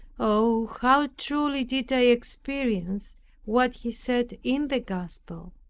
oh, how truly did i experience what he said in the gospel,